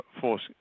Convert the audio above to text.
force